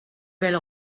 belle